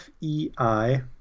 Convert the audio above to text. FEI